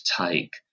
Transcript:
take